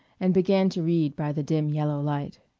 and began to read by the dim yellow light.